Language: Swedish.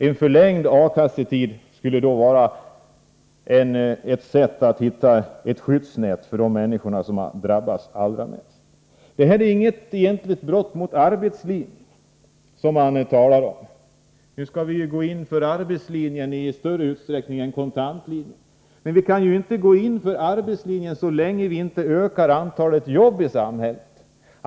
En förlängd A-kassetid skulle vara ett sätt att hitta ett skyddsnät för de människor som har drabbats allra mest. Detta är inget egentligt brott mot arbetslinjen, som man talar om. Nu skall vi ju gå in för arbetslinjen i större utsträckning än kontantlinjen. Men det kan vi inte göra så länge vi inte ökar antalet jobb i samhället.